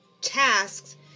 tasks